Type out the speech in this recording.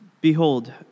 behold